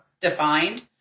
defined